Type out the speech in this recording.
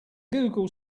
google